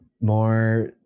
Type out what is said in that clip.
More